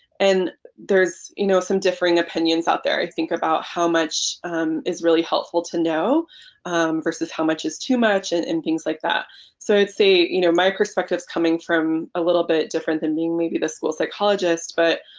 and there's you know some differing opinions out there i think about how much is really helpful to know versus how much is too much and and things like that so would say you know my perspective is coming from a little bit different than maybe the school psychologist but